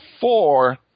four